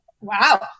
wow